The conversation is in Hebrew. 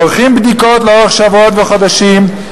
ועורכים בדיקות לאורך שבועות וחודשים,